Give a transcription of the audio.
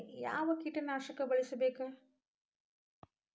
ಹುಳು ಹತ್ತಿದ್ರೆ ಯಾವ ಕೇಟನಾಶಕ ಬಳಸಬೇಕ?